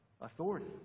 authority